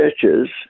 churches